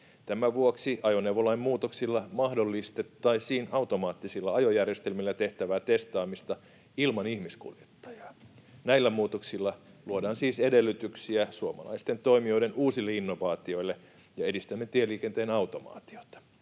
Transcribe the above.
Tämän vuoksi ajoneuvolain muutoksilla mahdollistettaisiin automaattisilla ajojärjestelmillä tehtävää testaamista ilman ihmiskuljettajaa. Näillä muutoksilla siis luodaan edellytyksiä suomalaisten toimijoiden uusille innovaatioille ja edistämme tieliikenteen automaatiota.